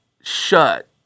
shut